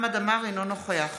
חמד עמאר, אינו נוכח